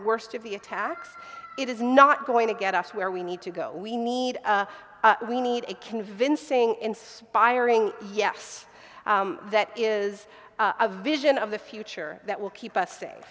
worst of the attacks it is not going to get us where we need to go we need we need a convincing inspiring yes that is a vision of the future that will keep us sa